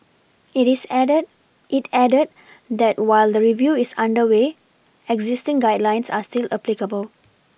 it is added it added that while the review is under way existing guidelines are still applicable